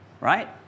Right